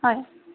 হয়